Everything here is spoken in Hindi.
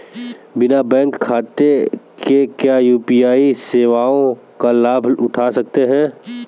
बिना बैंक खाते के क्या यू.पी.आई सेवाओं का लाभ उठा सकते हैं?